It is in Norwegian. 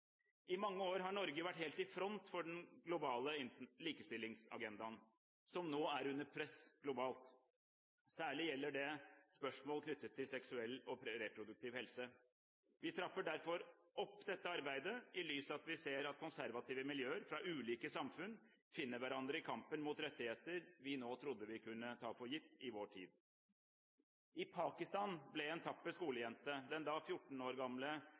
I mange år har Norge vært helt i front for den globale likestillingsagendaen – som nå er under press globalt. Særlig gjelder det spørsmål knyttet til seksuell og reproduktiv helse. Vi trapper derfor opp dette arbeidet i lys av at vi ser at konservative miljøer fra ulike samfunn finner hverandre i kampen mot rettigheter vi trodde vi kunne ta for gitt i vår tid. I Pakistan ble en tapper skolejente, den da 14 år gamle